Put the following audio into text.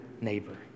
neighbor